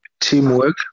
Teamwork